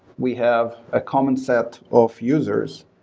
we have a common set of users,